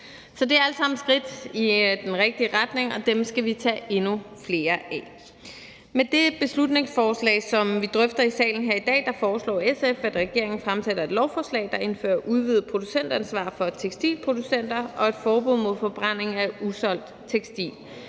Så det er alt sammen skridt i den rigtige retning, og dem skal vi tage endnu flere af. Med det beslutningsforslag, som vi drøfter i salen her i dag, foreslår SF, at regeringen fremsætter et lovforslag, der indfører udvidet producentansvar for tekstilproducenter og et forbud mod forbrænding af usolgt tekstil